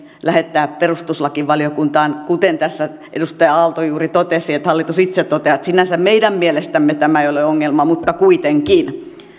lähettää perustuslakivaliokuntaan kuten tässä edustaja aalto juuri totesi että hallitus itse toteaa että sinänsä heidän mielestään tämä ei ole ongelma mutta kuitenkin